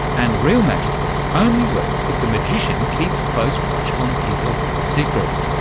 and real magic only works if the magician keeps close watch on his or her secrets.